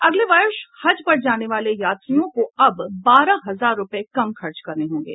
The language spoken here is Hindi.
अगले वर्ष हज पर जाने वाले यात्रियों को अब बारह हजार रूपये कम खर्च करने होंगे